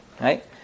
right